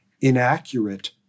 inaccurate